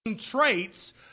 traits